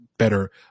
Better